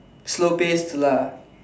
slow paced lah